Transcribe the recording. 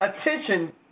attention